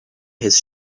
his